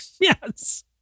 Yes